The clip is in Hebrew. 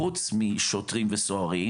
חוץ משוטרים ומסוהרים